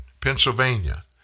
Pennsylvania